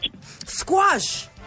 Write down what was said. Squash